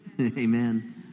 Amen